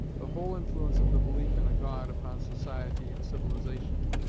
the whole influence of the belief in a god upon society and civilization,